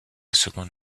seconde